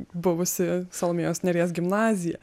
buvusi salomėjos nėries gimnazija